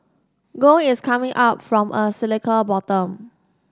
gold is coming up from a cyclical bottom